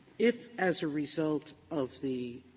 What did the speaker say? if, as a result of the